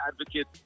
advocate